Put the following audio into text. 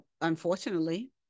Unfortunately